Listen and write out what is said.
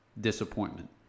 disappointment